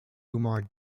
umar